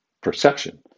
perception